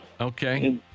Okay